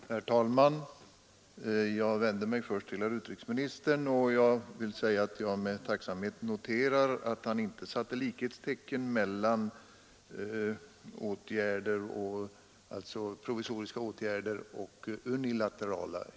Herr talman! Jag vänder mig först till herr utrikesministern och vill med tacksamhet notera att han inte satte likhetstecken mellan provisoriska åtgärder och unilaterala.